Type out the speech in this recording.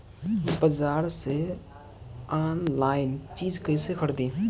बाजार से आनलाइन चीज कैसे खरीदी?